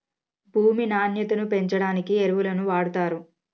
భూమి నాణ్యతను పెంచడానికి ఎరువులను వాడుతారు